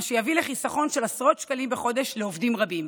מה שיביא לחיסכון של עשרות שקלים בחודש לעובדים רבים,